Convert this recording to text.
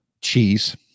cheese